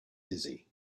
dizzy